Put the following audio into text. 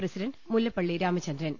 president Mullappally Ramachandran